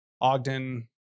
Ogden